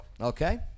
Okay